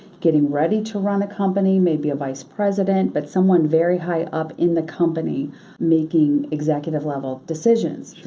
getting ready to run a company, maybe a vice president, but someone very high up in the company making executive level decisions.